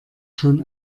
schon